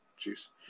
juice